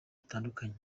bitandukanye